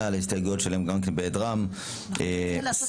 על ההסתייגויות שלהם גם בהיעדרם אפשר לעשות